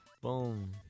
Boom